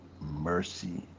mercy